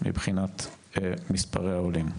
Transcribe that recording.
מבחינת מספרי העולים.